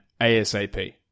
ASAP